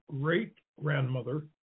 great-grandmother